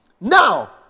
Now